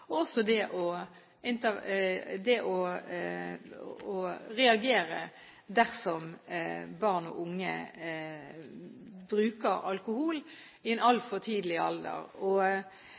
og også det å reagere dersom barn og unge bruker alkohol i en altfor tidlig alder.